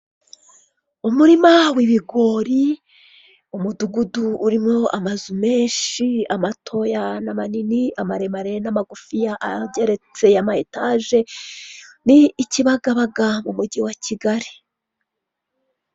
Umurima w'ibigori, umudugudu urimo amazu menshi amatoya n'amanini, amaremare n'amagufiya ageretse ya ma etaje ni i Kibagabaga mu mujyi wa Kigali.